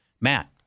Matt